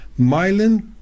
Myelin